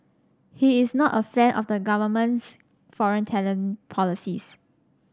he is not a fan of the government's foreign talent policies